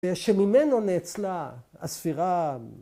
‫שממנו נאצלה הספירה...